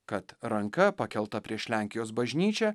kad ranka pakelta prieš lenkijos bažnyčią